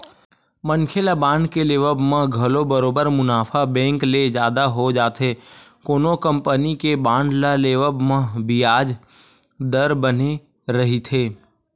मनखे ल बांड के लेवब म घलो बरोबर मुनाफा बेंक ले जादा हो जाथे कोनो कंपनी के बांड ल लेवब म बियाज दर बने रहिथे